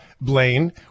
Blaine